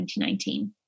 2019